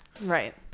right